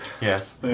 Yes